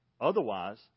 otherwise